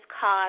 cause